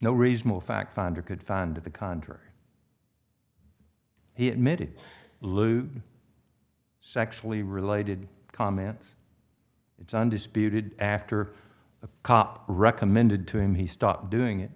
no reasonable fact finder could find to the contrary he admitted lewd sexually related comments it's undisputed after the cop recommended to him he stopped doing it